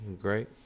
great